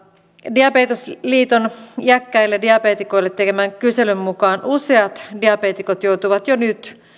diabetesliiton iäkkäille diabeetikoille tekemän kyselyn mukaan useat diabeetikot joutuvat jo nyt